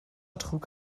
trug